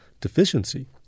deficiency –